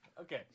Okay